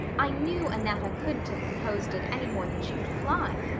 i knew annetta couldn't have composed it any more than she could fly.